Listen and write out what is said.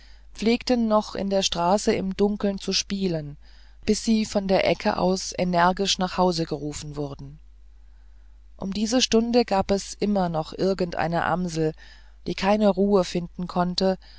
pflegten noch in der straße im dunkeln zu spielen bis sie von der ecke aus energisch nach hause gerufen wurden um diese stunde gab es immer noch irgend eine amsel die keine ruhe finden konnte